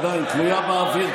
עדיין תלויה באוויר,